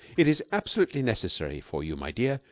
it is absolutely necessary for you, my dear,